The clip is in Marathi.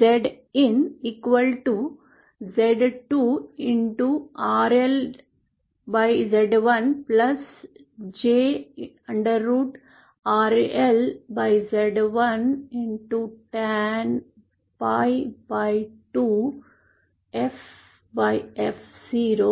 Zin Z2 RLZ1j स्क्वेअर रूटRLZ1 टॅन PI2 FF0